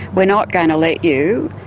we're not going to let you,